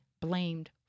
blamed